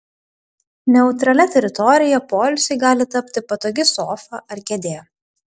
neutralia teritorija poilsiui gali tapti patogi sofa ar kėdė